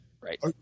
right